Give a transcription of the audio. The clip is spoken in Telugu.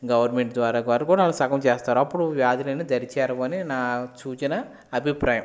గవర్నమెంట్ వాళ్లు కూడా సగం చేస్తారు అప్పుడు వ్యాధులు దరిచేరావు అని నా సూచన అభిప్రాయం